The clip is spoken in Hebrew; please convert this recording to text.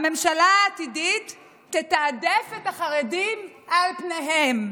הממשלה העתידית תתעדף את החרדים על פניהם.